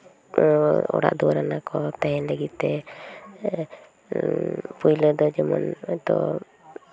ᱚᱲᱟᱜ ᱫᱩᱣᱟᱹᱨ ᱟᱱᱟ ᱠᱚ ᱛᱟᱦᱮᱱ ᱞᱟᱹᱜᱤᱫ ᱛᱮ ᱦᱮᱸ ᱯᱟᱹᱭᱞᱟᱹ ᱫᱚ ᱡᱮᱢᱚᱱ ᱦᱳᱭᱛᱚ